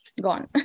Gone